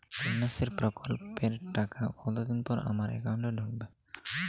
কন্যাশ্রী প্রকল্পের টাকা কতদিন পর আমার অ্যাকাউন্ট এ ঢুকবে?